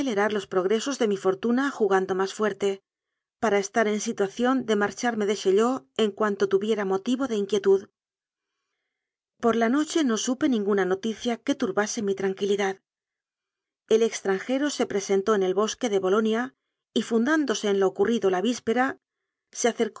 los progresos de mi fortuna ju gando más fuerte para estar en situación de mar charme de chaillot en cuanto tuviera motivo de inquietud por la noche no supe ninguna noticia que turbase mi tranquilidad el extranjero se pre sentó en el bosque de bolonia y fundándose en lo ocurrido la víspera